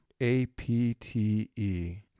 APTE